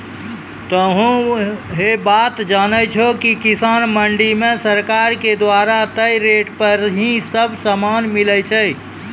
तोहों है बात जानै छो कि किसान मंडी मॅ सरकार के द्वारा तय रेट पर ही सब सामान मिलै छै